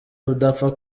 udapfa